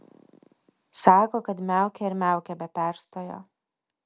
sako kad miaukia ir miaukia be perstojo